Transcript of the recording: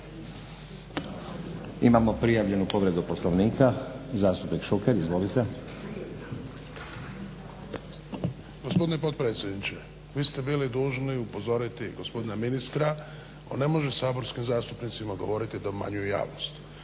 Imamo prijavljenu povredu Poslovnika. Zastupnik Šuker izvolite. **Šuker, Ivan (HDZ)** Gospodine potpredsjedniče vi ste bili dužni upozoriti gospodina ministra, on ne može saborskim zastupnicima govoriti da obmanjuju javnost.